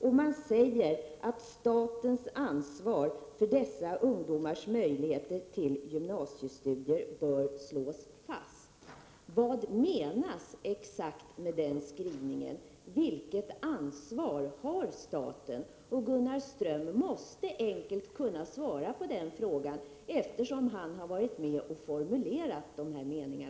Utskottet skriver också: ”Statens ansvar för dessa ungdomars möjligheter till gymnasiestudier bör slås fast.” Vad menas exakt med den skrivningen? Vilket ansvar har staten? Gunnar Ström måste enkelt kunna svara på den frågan, eftersom han har varit med och formulerat dessa meningar.